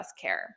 care